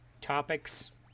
topics